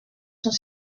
sont